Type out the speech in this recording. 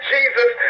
Jesus